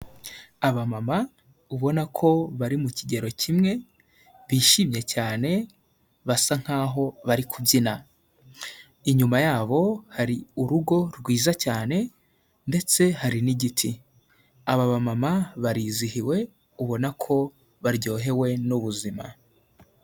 Abamama ubona ko bari mu kigero kimwe bishimye cyane basa nkaho bari kubyina, inyuma yabo hari urugo rwiza cyane ndetse hari n'igiti, aba bamama barizihiwe ubona ko baryohewe n'ubuzima.